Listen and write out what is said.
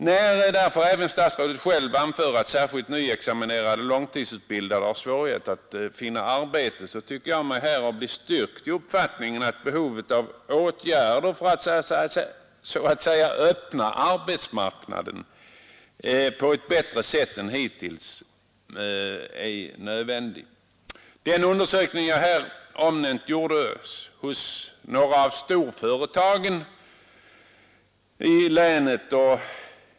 När därför även herr statsrådet själv anför att nyexaminerade långtidsutbildade har svårigheter att finna arbete, tycker jag mig bli stärkt i min uppfattning att åtgärder för att så att säga öppna arbetsmarknaden på ett bättre sätt än hittills är nödvändiga Den undersökning som jag här omnämnt gjordes hos några av storföretagen i länet.